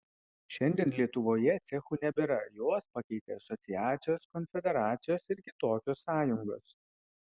šiandien lietuvoje cechų nebėra juos pakeitė asociacijos konfederacijos ir kitokios sąjungos